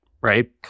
right